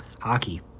Hockey